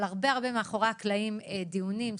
אבל עשינו הרבה מאחורי הקלעים: דיונים,